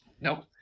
Nope